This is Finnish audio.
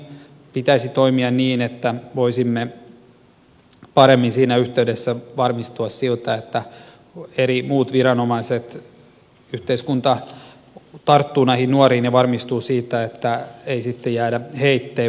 pitäisi toimia niin että voisimme paremmin siinä yhteydessä varmistua siitä että eri viranomaiset yhteiskunta tarttuvat näihin nuoriin ja varmistua siitä että ei jäädä heitteille